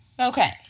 okay